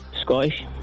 Scottish